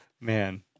man